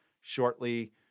shortly